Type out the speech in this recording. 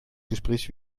gespräch